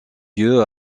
dieu